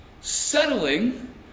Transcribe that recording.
settling